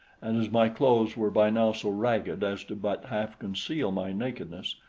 and as my clothes were by now so ragged as to but half conceal my nakedness,